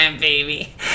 baby